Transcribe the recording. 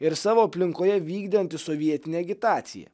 ir savo aplinkoje vykdė antisovietinę agitaciją